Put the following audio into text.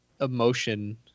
emotion